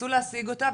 הכנסה,